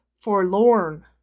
forlorn